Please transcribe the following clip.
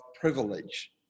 privilege